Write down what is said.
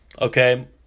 Okay